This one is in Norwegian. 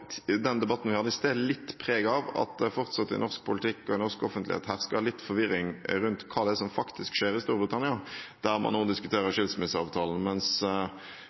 Den debatten vi hadde i sted, bar litt preg av at det fortsatt i norsk politikk og i norsk offentlighet hersker litt forvirring rundt hva som faktisk skjer i Storbritannia, der man nå diskuterer